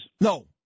No